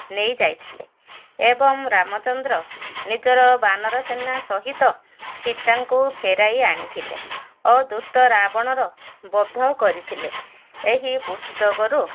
ନେଇ ଯାଇଥିଲେ ଏବଂ ରାମଚନ୍ଦ୍ର ନିଜର ବାନର ସେନା ସହିତ ସୀତାଙ୍କୁ ଫେରାଇ ଆଣିଥିଲେ ଓ ଦୁଷ୍ଟ ରାବଣର ବଧ କରିଥିଲେ ଏହି ପୁସ୍ତକରୁ